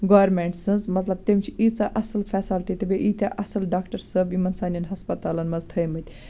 government سٕنٛز مَطلَب تٔمۍ چھِ ییٖژاہ اصٕل فیسَلٹی تہٕ بییٚہ ییٖتیٛاہ اصٕل ڈاکٹَر صٲب یِمَن سانن ہَسپَتالَن مَنٛز تھٲومٕتۍ